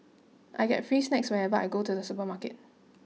I get free snacks whenever I go to the supermarket